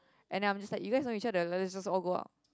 and then I'm just like you guys know each other let's just all go out